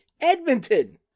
Edmonton